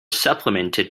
supplemented